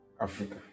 Africa